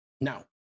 now